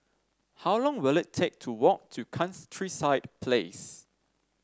how long will it take to walk to Place